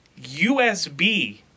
USB